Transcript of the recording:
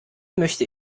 möchte